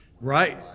Right